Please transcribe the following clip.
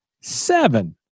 seven